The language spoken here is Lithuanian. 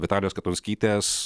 vitalijos katulskytės